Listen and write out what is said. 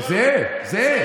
זהה, זהה.